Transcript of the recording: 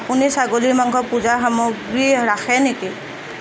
আপুনি ছাগলী মাংস পূজাৰ সামগ্ৰী ৰাখে নেকি